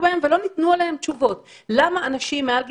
----- אל מול צרור היריות,